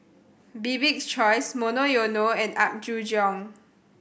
Bibik's Choice Monoyono and Apgujeong